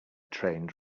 trained